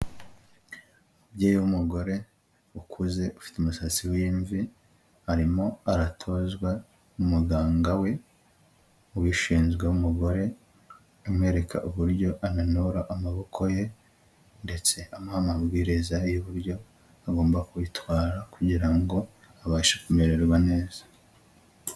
Umubyeyi w'umugore ukuze ufite umusatsi w'imvi arimo aratozwa n'umuganga we ubishinzwe w'umugore, amwereka uburyo ananura amaboko ye ndetse amuha amabwiriza y'uburyo agomba kubitwara kugira ngo abashe kumererwa neza.